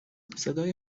صدای